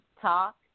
talk